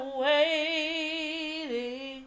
waiting